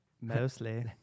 mostly